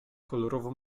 kolorową